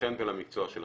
אליכם ואל המקצוע שלכם,